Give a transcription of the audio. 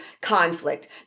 conflict